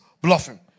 bluffing